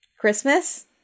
Christmas